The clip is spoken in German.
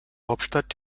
hauptstadt